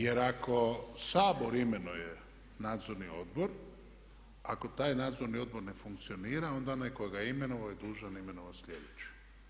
Jer ako Sabor imenuje nadzorni odbor, ako taj nadzorni odbor ne funkcionira onda onaj tko ga je imenovao je dužan imenovati sljedeći.